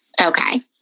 Okay